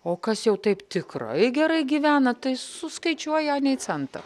o kas jau taip tikrai gerai gyvena tai suskaičiuoja anei centą